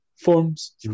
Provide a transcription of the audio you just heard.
Forms